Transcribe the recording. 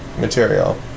material